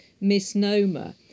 misnomer